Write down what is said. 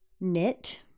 knit